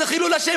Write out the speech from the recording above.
איזה חילול השם,